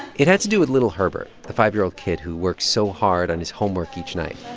it had to do with little herbert, the five year old kid who worked so hard on his homework each night